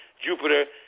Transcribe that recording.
Jupiter